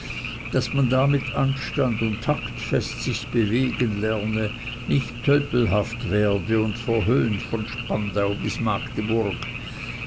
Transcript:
daß man da mit anstand und taktfest sich bewegen lerne nicht tölpelhaft werde und verhöhnt von spandau bis magdeburg